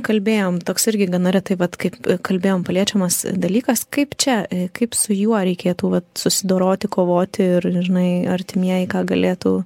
kalbėjom toks irgi gana retai vat kaip kalbėjom paliečiamas dalykas kaip čia kaip su juo reikėtų vat susidoroti kovoti ir žinai artimieji ką galėtų